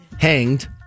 hanged